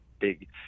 big